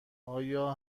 آیا